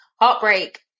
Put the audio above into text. heartbreak